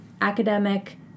academic